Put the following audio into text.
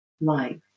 life